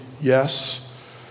yes